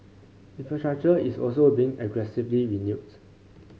infrastructure is also being aggressively renewed